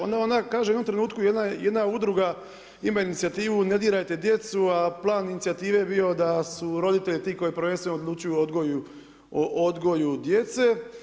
Onda ona kaže u jednom trenutku jedna udruga ima inicijativu ne dirajte djecu a plan inicijative je bio da su roditelji ti koji prvenstveno odlučuju o odgoju djece.